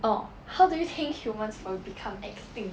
orh how do you think humans will become extinct